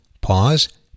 pause